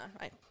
right